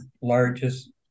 largest